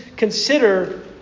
Consider